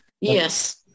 Yes